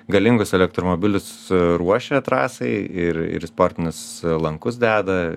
galingus elektromobilius ruošia trasai ir ir sportinius lankus deda